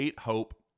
Hope